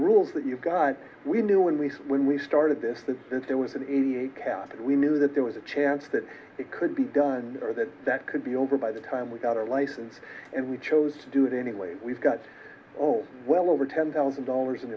rules that you guys we knew when we when we started this that since there was an eighty eight cap and we knew that there was a chance that it could be done or that that could be over by the time without a license and we chose to do it anyway we've got all well over ten thousand dollars